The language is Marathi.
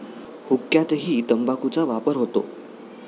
हुक्क्यातही तंबाखूचा वापर होतो